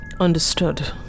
Understood